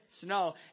snow